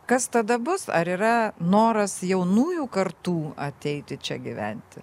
kas tada bus ar yra noras jaunųjų kartų ateiti čia gyventi